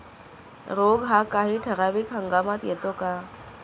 रोग हा काही ठराविक हंगामात येतो का?